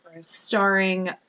starring